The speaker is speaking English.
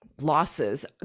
losses